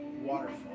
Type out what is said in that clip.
waterfall